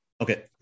Okay